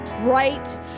right